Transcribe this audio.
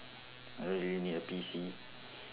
don't really need a P_C